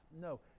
No